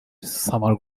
summer